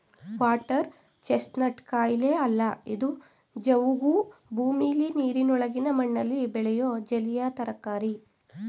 water chestnut ಕಾಯಿಯೇ ಅಲ್ಲ ಇದು ಜವುಗು ಭೂಮಿಲಿ ನೀರಿನೊಳಗಿನ ಮಣ್ಣಲ್ಲಿ ಬೆಳೆಯೋ ಜಲೀಯ ತರಕಾರಿ